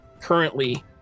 currently